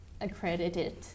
accredited